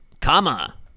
comma